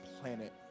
planet